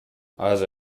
also